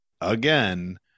again